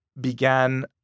began